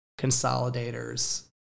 consolidators